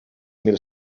mil